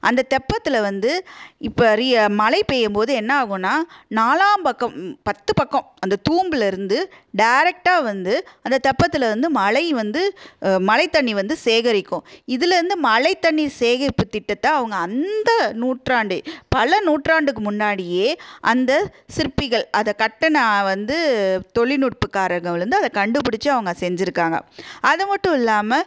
அந்த தெப்பத்தில் வந்து இப்ப ரி மழை பெய்யும் போது என்ன ஆகும்னால் நாலாம் பக்கம் ம் பத்து பக்கம் அந்த தூம்பில் இருந்து டேரெக்ட்டாக வந்து அந்த தெப்பத்தில் இருந்து மழை வந்து மழைத்தண்ணி வந்து சேகரிக்கும் இதில் இருந்து மழைத்தண்ணி சேகரிப்பு திட்டத்தை அவங்க அந்த நூற்றாண்டே பல நூற்றாண்டுக்கு முன்னாடியே அந்த சிற்பிகள் அதை கட்டின வந்து தொழில்நுட்பக்காரங்க வந்து அதை கண்டுபிடிச்சி அவங்க செஞ்சிருக்காங்கள் அது மட்டும் இல்லாமல்